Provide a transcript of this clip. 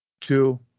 two